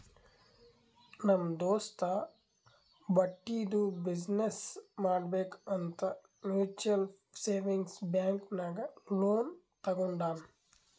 ನಮ್ ದೋಸ್ತ ಬಟ್ಟಿದು ಬಿಸಿನ್ನೆಸ್ ಮಾಡ್ಬೇಕ್ ಅಂತ್ ಮ್ಯುಚುವಲ್ ಸೇವಿಂಗ್ಸ್ ಬ್ಯಾಂಕ್ ನಾಗ್ ಲೋನ್ ತಗೊಂಡಾನ್